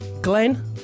glenn